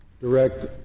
direct